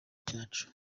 cyacu